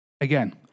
Again